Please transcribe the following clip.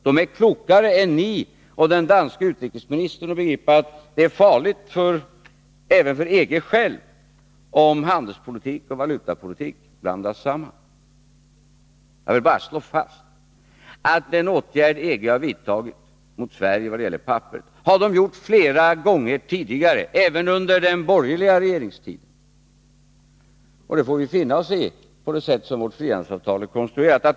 Där är de klokare än ni och den danske utrikesministern, kloka nog att begripa att det är farligt även för EG själv om handelspolitik och valutapolitik blandas samman. Jag vill bara slå fast att åtgärder av det slag som EG nu har vidtagit mot Sverige i vad gäller papper har man vidtagit flera gånger tidigare, även under Nr 35 den borgerliga regeringstiden. Det får vi finna oss i såsom vårt frihandelsavtal Fredagen den är konstruerat.